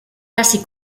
casi